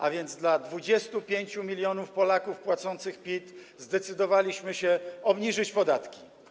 A więc dla 25 mln Polaków płacących PIT zdecydowaliśmy się obniżyć podatki.